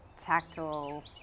tactile